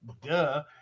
duh